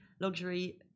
Luxury